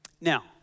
Now